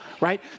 right